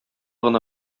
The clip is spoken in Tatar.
гына